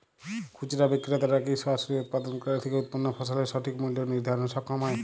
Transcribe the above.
খুচরা বিক্রেতারা কী সরাসরি উৎপাদনকারী থেকে উৎপন্ন ফসলের সঠিক মূল্য নির্ধারণে সক্ষম হয়?